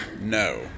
No